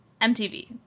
MTV